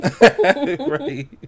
Right